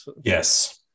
Yes